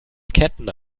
ketten